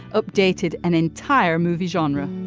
updated an entire movie genre.